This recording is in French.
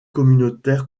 communautaire